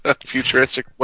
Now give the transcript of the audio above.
futuristic